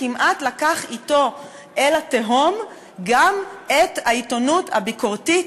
כמעט לקח אתו אל התהום גם את העיתונות הביקורתית,